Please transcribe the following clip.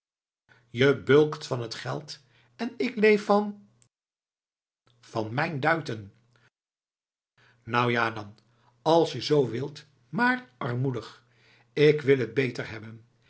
je bulkt van het geld en ik leef van van mijn duiten nou ja dan als je zoo wilt maar armoedig ik wil t beter hebben